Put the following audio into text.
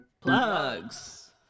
Plugs